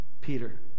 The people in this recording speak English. Peter